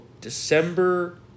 December